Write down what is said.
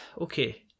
okay